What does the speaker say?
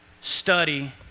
study